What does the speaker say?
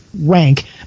rank